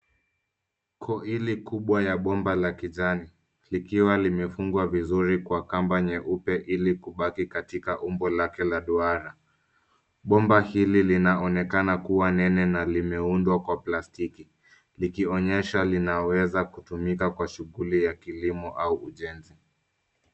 Koili kubwa la bomba la kijani, likiwa limefungwa vizuri kwa kamba nyeupe ili kubakikatika umbo lake la duara. Bomba hili linaonekana kua nene na limeundwa kwa plastiki. Likionyesha linaweza kutumika kwa shughuli ya kilimo au ujenzi.